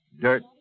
dirt